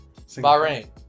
Bahrain